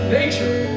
nature